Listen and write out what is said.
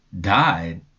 died